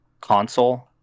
console